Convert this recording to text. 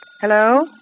Hello